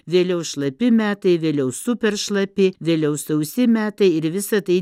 vėliau šlapi metai vėliau super šlapi vėliau sausi metai ir visa tai